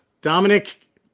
Dominic